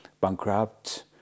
bankrupt